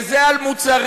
וזה על מוצרים.